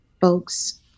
folks